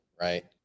Right